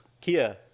kia